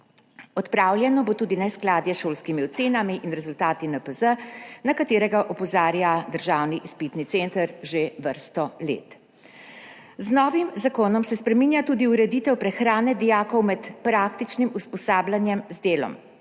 Odpravljeno bo tudi neskladje s šolskimi ocenami in rezultati NPZ, na katero opozarja Državni izpitni center že vrsto let. Z novim zakonom se spreminja tudi ureditev prehrane dijakov med praktičnim usposabljanjem z delom.